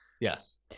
Yes